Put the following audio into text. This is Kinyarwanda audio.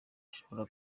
ushobora